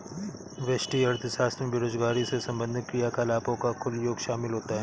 व्यष्टि अर्थशास्त्र में बेरोजगारी से संबंधित क्रियाकलापों का कुल योग शामिल होता है